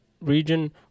region